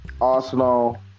Arsenal